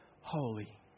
holy